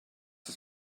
das